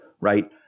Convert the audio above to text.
right